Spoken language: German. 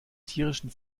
tierischen